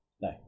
No